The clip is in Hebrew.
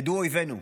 ידעו אויבינו,